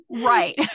Right